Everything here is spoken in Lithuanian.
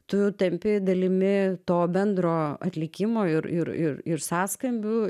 tu tampi dalimi to bendro atlikimo ir ir ir ir sąskambių